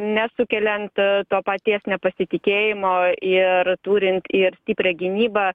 nesukeliant to paties nepasitikėjimo ir turint ir stiprią gynybą